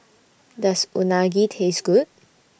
Does Unagi Taste Good